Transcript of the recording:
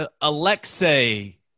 Alexei